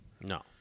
No